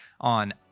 on